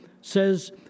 says